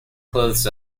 clothes